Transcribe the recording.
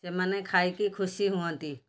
ସେମାନେ ଖାଇକି ଖୁସି ହୁଅନ୍ତି